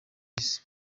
isi